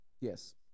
Yes